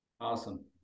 Awesome